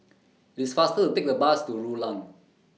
It's faster to Take A Bus to Rulang